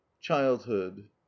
childhood